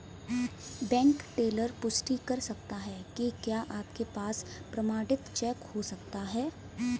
Bank teller पुष्टि कर सकता है कि क्या आपके पास प्रमाणित चेक हो सकता है?